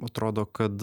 atrodo kad